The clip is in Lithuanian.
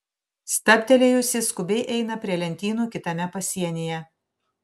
stabtelėjusi skubiai eina prie lentynų kitame pasienyje